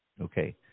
Okay